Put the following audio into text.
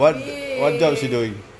what what jobs she doing